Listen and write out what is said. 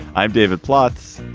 i'm david plotz.